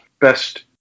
Best